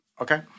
okay